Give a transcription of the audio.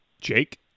Jake